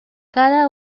cada